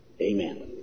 Amen